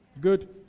Good